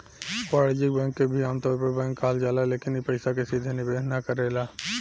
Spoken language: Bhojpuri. वाणिज्यिक बैंक के भी आमतौर पर बैंक कहल जाला लेकिन इ पइसा के सीधे निवेश ना करेला